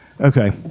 Okay